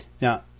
Now